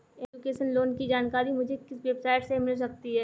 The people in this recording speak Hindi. एजुकेशन लोंन की जानकारी मुझे किस वेबसाइट से मिल सकती है?